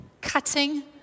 cutting